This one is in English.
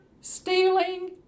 stealing